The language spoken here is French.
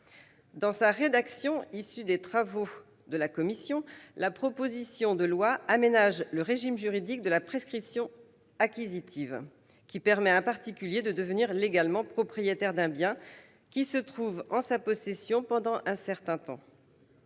Dans sa rédaction issue des travaux de la commission, la proposition de loi aménage le régime juridique de la prescription acquisitive, qui permet à un particulier de devenir légalement propriétaire d'un bien se trouvant en sa possession depuis un certain temps.